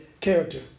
character